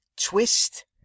twist